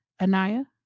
Anaya